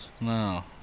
No